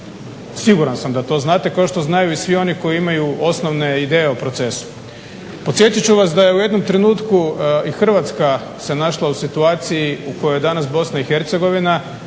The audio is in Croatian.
siguran sam da to znate kao što znaju i svi oni koji imaju osnovne ideje o procesu. Podsjetit ću vas da je u jednom trenutku i Hrvatska se našla u situaciji u kojoj je danas Bosna i Hercegovina